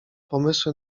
pomysły